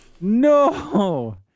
No